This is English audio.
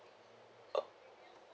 uh